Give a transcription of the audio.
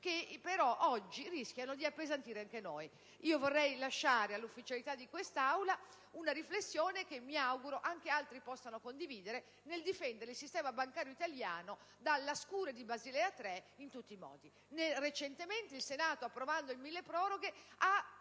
che però oggi rischiano di appesantire anche noi. Vorrei lasciare all'ufficialità di questa Assemblea una riflessione, che mi auguro anche altri possano condividere, nel difendere il sistema bancario italiano dalla scure di Basilea 3 in tutti i modi. Recentemente il Senato, approvando il decreto milleproroghe, ha